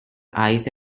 eyes